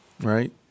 Right